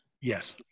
Yes